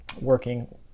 working